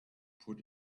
put